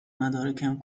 مدارکم